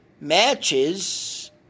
matches